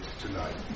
tonight